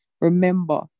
Remember